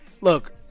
look